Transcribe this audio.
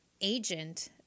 agent